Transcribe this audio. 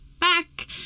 back